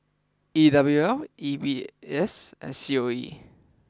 E W L M B S and C O E